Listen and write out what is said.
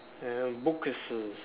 and book cases